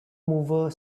mover